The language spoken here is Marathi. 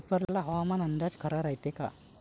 पेपरातला हवामान अंदाज खरा रायते का?